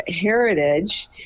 heritage